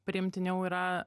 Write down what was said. priimtiniau yra